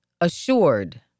assured